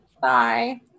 Bye